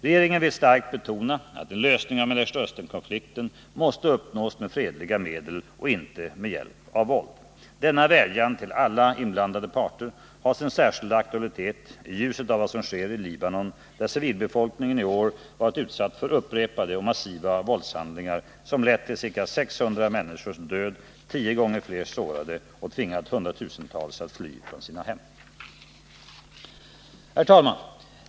Regeringen vill starkt betona att en lösning av Mellersta Östern-konflikten måste uppnås med fredliga medel och inte med hjälp av våld. Denna vädjan till alla inblandade parter har sin särskilda aktualitet i ljuset av vad som sker i 125 Libanon, där civilbefolkningen i år varit utsatt för upprepade och massiva våldshandlingar, som lett till ca 600 människors död och tio gånger fler sårade och som tvingat hundratusentals att fly från sina hem. Herr talman!